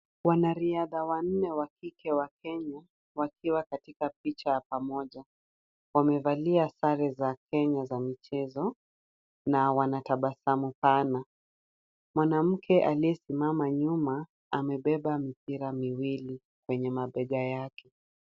Wanaridha wanne wa kike wa Kenya wakiwa katika picha ya pamoja. Wamevalia sare za Kenya za michezo na wanatabasamu pana. Mwanamke aliyesimama nyuma, amebeba mipira miwili kwenye mabega yake.